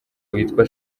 witwa